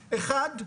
אחד,